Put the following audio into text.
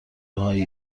هایی